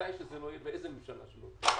מתי שזה לא יהיה ובאיזה ממשלה שזה לא תהיה,